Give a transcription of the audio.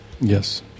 Yes